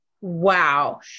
Wow